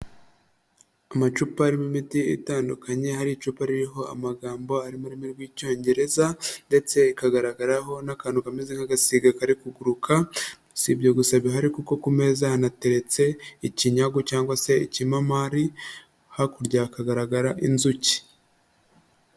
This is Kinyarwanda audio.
Amacupa arimo imiti itandukanye, hari icupa ririho amagambo ari mu rurimi rw'Icyongereza ndetse ikagaragaraho n'akantu kameze nk'agasiga kari kuguruka, si ibyo gusa bihari kuko ku meza hanateretse ikinyagu cyangwa se ikimamari, hakurya hagaragara inzuki.